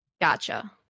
Gotcha